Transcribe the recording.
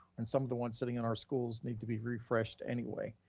and some of the ones sitting in our schools, need to be refreshed anyway.